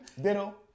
Ditto